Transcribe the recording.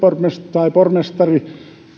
pormestari